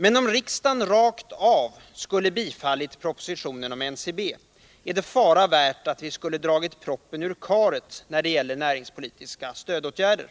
Men om riksdagen rakt av skulle ha bifallit propositionen om NCB skulle det vara fara värt att vi dragit proppen ur karet när det gäller näringspolitiska stödåtgärder.